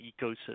ecosystem